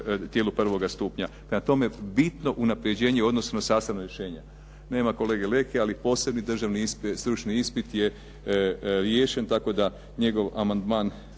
tijelu prvoga stupnja. Prema tome, bitno unapređenje u odnosu na sastav rješenja. Nema kolege Leke, ali posebni državni stručni ispit je riješen tako da je njegov amandman